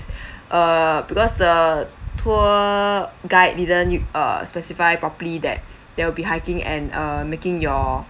err because the tour guide didn't uh specify properly that there will be hiking and uh making your